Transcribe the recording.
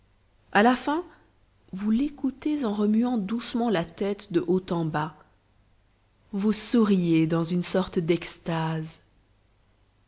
à la fin vous l'écoutez en remuant doucement la tête de haut en bas vous souriez dans une sorte d'extase